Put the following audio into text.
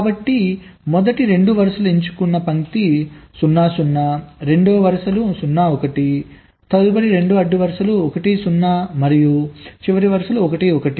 కాబట్టి మొదటి 2 వరుసలు ఎంచుకున్న పంక్తి 0 0 రెండవ 2 అడ్డు వరుసలు 0 1 తదుపరి 2 అడ్డు వరుసలు 1 0 మరియు చివరి వరుసలు 1 1